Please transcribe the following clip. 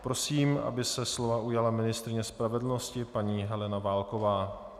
Prosím, aby se slova ujala ministryně spravedlnosti paní Helena Válková.